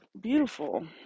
beautiful